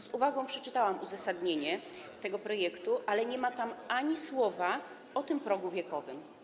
Z uwagą przeczytałam uzasadnienie tego projektu, ale nie ma tam ani słowa o tym progu wiekowym.